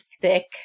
thick